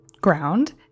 ground